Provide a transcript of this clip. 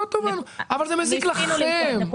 אבל זה מזיק לכם.